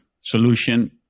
solution